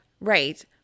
Right